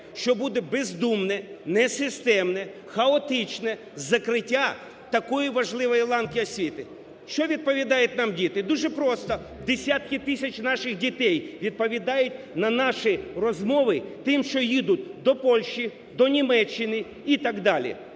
що буде бездумне, не системне, хаотичне закриття такої важливої ланки освіти. Що відповідають нам діти? Дуже просто, десятки тисяч наших дітей відповідають на наші розмови тим, що їдуть до Польщі, до Німеччини і так далі.